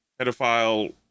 pedophile